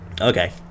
Okay